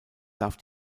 darf